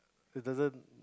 it doesn't